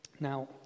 Now